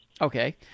Okay